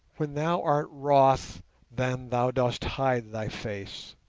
when thou art wroth then thou dost hide thy face